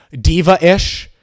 diva-ish